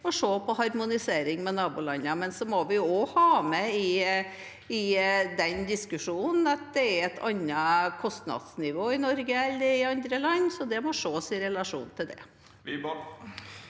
må se på harmonisering med nabolandene. Men så må vi også ha med i denne diskusjonen at det er et annet kostnadsnivå i Norge enn i andre land, så det må ses i relasjon til det.